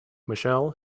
michelle